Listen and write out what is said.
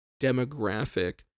demographic